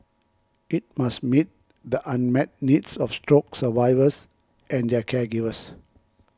it must meet the unmet needs of stroke survivors and their caregivers